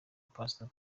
pastor